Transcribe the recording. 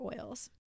oils